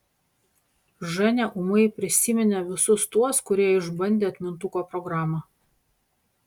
ženia ūmai prisiminė visus tuos kurie išbandė atmintuko programą